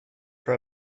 for